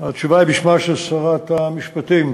היא בשמה של שרת המשפטים,